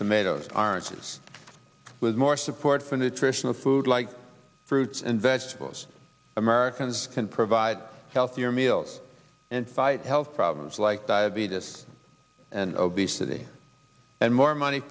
tomatoes are anxious with more support for nutritional food like fruits and vegetables americans can provide healthier meals and fight health problems like diabetes and obesity and more